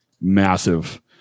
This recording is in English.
massive